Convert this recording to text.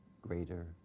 greater